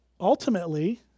ultimately